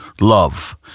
love